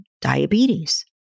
diabetes